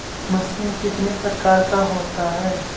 Machine कितने प्रकार का होता है?